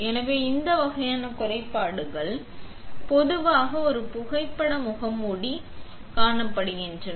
எனவே இந்த வகையான குறைபாடுகள் பொதுவாக ஒரு புகைப்பட முகமூடி காணப்படுகின்றன